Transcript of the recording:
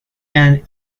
and